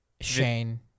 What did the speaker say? Shane